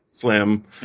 slim